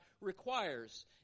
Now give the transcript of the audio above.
requires